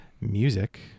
music